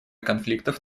конфликтов